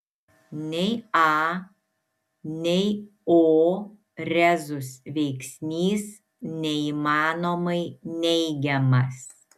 nei a nei o rezus veiksnys neįmanomai neigiamas